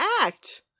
act